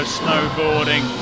snowboarding